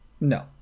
No